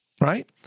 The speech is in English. right